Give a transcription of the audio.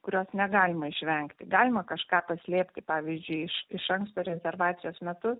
kurios negalima išvengti galima kažką paslėpti pavyzdžiui iš iš anksto rezervacijos metu